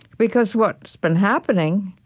because what's been happening